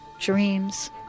Dreams